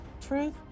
truth